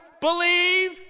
believe